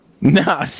No